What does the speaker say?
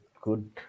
good